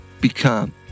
become